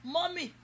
Mommy